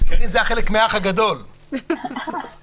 בשעה 10:54.